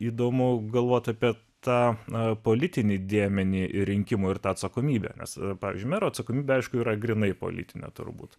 įdomu galvoti apie tą naują politinį dėmenį į rinkimų ir ta atsakomybė nes pavyzdžiui mero atsakomybę aišku yra grynai politinė turbūt